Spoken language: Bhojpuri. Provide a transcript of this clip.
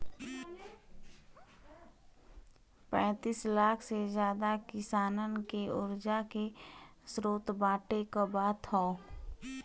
पैंतीस लाख से जादा किसानन के उर्जा के स्रोत बाँटे क बात ह